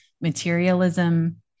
materialism